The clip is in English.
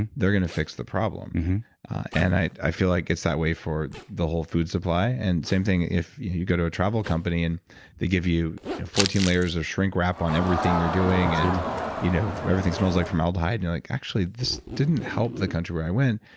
they're going to fix the problem and i i feel like it's that way for the whole food supply and same thing if you go to a travel company and they give you fourteen layers of shrink wrap on everything you're doing and you know absolutely. everything smells like formaldehyde, and you're like, actually this didn't help the country where i went.